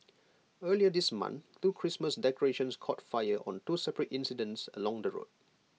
earlier this month two Christmas decorations caught fire on two separate incidents along the road